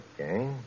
Okay